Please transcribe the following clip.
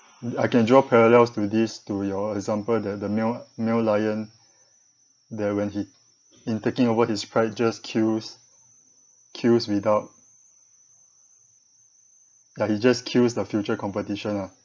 I can draw parallels to this to your example that the male male lion that when he in taking over his pride just kills kills without like he just kills the future competition lah